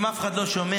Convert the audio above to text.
אם אף אחד לא שומע,